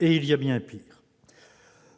de